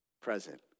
present